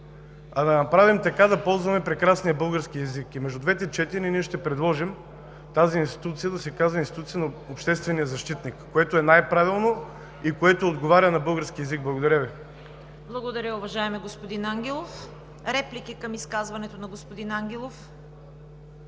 термини, а да ползваме прекрасния български език. Между двете четения ние ще предложим тази институция да се казва Институция на обществения защитник, което е най-правилно и което отговаря на българския език. Благодаря Ви. ПРЕДСЕДАТЕЛ ЦВЕТА КАРАЯНЧЕВА: Благодаря, уважаеми господин Ангелов. Реплики към изказването на господин Ангелов?